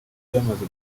byamaze